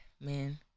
man